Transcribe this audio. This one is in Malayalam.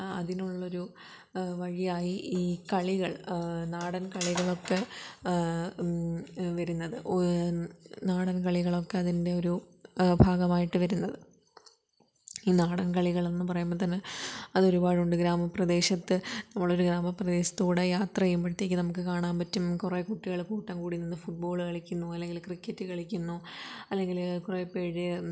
അതിനുള്ളൊരു വഴിയായി ഈ കളികൾ നാടൻ കളികളൊക്കെ വരുന്നത് നാടൻ കളികളൊക്കെ അതിൻ്റെ ഒരു ഭാഗമായിട്ട് വരുന്നത് ഈ നാടന് കളികളെന്ന് പറയുമ്പം തന്നെ അതൊരുപാടുണ്ട് ഗ്രാമ പ്രദേശത്ത് നമ്മൾ ഒരു ഗ്രാമപ്രദേശത്ത് കൂടെ യാത്ര ചെയ്യുമ്പോഴത്തേക്കും നമുക്ക് കാണാൻ പറ്റും കുറേ കുട്ടികൾ കൂട്ടം കൂടി നിന്ന് ഫുട്ബോള് കളിക്കുന്നു അല്ലെങ്കിൽ ക്രിക്കറ്റ് കളിക്കുന്നു അല്ലെങ്കിൽ കുറേ പേര്